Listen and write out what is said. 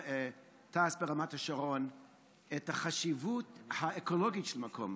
ברמת השרון את החשיבות האקולוגית של המקום.